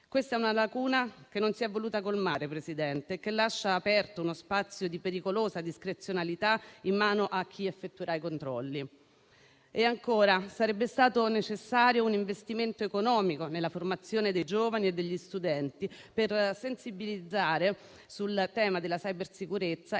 Questa è una lacuna che non si è voluta colmare, signor Presidente, e che lascia aperto uno spazio di pericolosa discrezionalità in mano a chi effettuerà i controlli. Ancora, sarebbe stato necessario un investimento economico nella formazione dei giovani e degli studenti per sensibilizzare sul tema della cybersicurezza